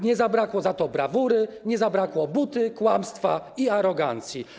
Nie zabrakło za to brawury, nie zabrakło buty, kłamstwa i arogancji.